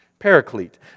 Paraclete